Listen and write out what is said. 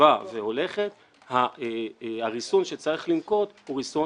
הולכת וקרבה הריסון שצריך לנקוט הוא ריסון